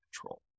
control